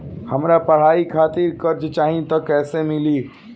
हमरा पढ़ाई खातिर कर्जा चाही त कैसे मिली?